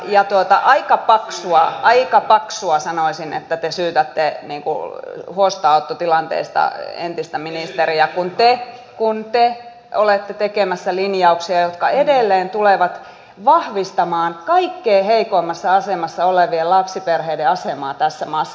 ja on aika paksua sanoisin että te syytätte huostaanottotilanteesta entistä ministeriä kun te olette tekemässä linjauksia jotka edelleen tulevat heikentämään kaikkein heikoimmassa asemassa olevien lapsiperheiden asemaa tässä maassa